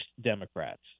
Democrats